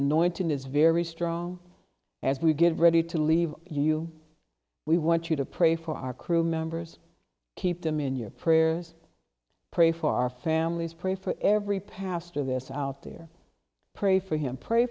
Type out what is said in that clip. is very strong as we get ready to leave you we want you to pray for our crew members keep them in your prayers pray for our families pray for every pastor this out there pray for him pray